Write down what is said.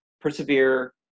persevere